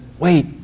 Wait